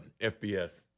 FBS